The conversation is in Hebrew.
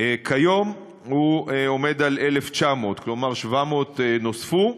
וכיום הוא עומד על 1,900, כלומר, 700 נוספו,